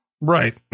right